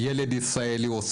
העלייה.